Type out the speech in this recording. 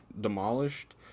demolished